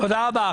תודה רבה.